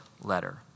letter